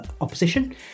opposition